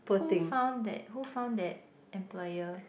who found that who found that employer